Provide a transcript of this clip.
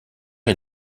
est